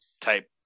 type